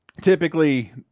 typically